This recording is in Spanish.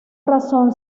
razón